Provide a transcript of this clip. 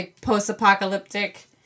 post-apocalyptic